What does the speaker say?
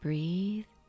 Breathe